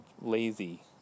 lazy